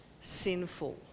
sinful